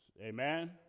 Amen